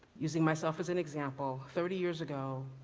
using myself as an example, thirty years ago,